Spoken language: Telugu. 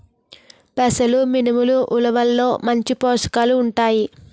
పెసలు మినుములు ఉలవల్లో మంచి పోషకాలు ఉంటాయి